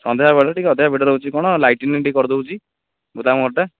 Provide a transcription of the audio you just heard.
ସନ୍ଧ୍ୟା ବେଳଟା ଟିକେ ଅଧିକା ଭିଡ଼ ରହୁଛି କ'ଣ ଲାଇଟିଂ ଟିକେ କରି ଦେଉଛି ଗୋଦାମ ଘରଟା